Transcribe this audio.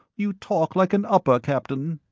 you talk like an upper, captain.